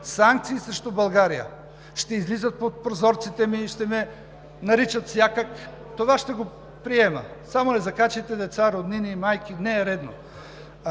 санкции срещу България! Ще излизат под прозорците ми, ще ме наричат всякак – това ще го приема. Само не закачайте деца, майки, роднини – не е редно.